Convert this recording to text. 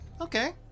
Okay